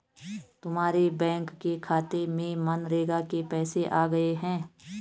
तुम्हारे बैंक के खाते में मनरेगा के पैसे आ गए हैं